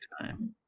time